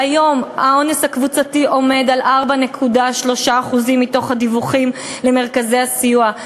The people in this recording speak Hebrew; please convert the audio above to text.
והיום האונס הקבוצתי עומד על 4.3% מתוך הדיווחים למרכזי הסיוע,